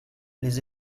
les